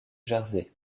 jersey